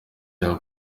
cya